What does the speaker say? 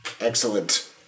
Excellent